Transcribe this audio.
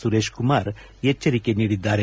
ಸುರೇಶ್ ಕುಮಾರ್ ಎಜ್ವರಿಕೆ ನೀಡಿದ್ದಾರೆ